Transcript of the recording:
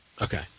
Okay